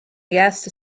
gas